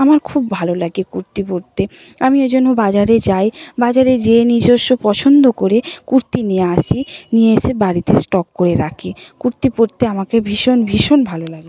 আমার খুব ভালো লাগে কুর্তি পরতে আমি ওই জন্য বাজারে যাই বাজারে যেয়ে নিজস্ব পছন্দ করে কুর্তি নিয়ে আসি নিয়ে এসে বাড়িতে স্টক করে রাখি কুর্তি পরতে আমাকে ভীষণ ভীষণ ভালো লাগে